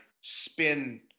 spin